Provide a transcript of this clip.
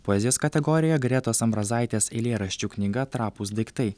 poezijos kategorijoje gretos ambrazaitės eilėraščių knyga trapūs daiktai